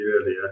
earlier